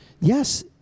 Yes